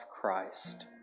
Christ